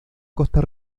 costa